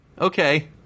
okay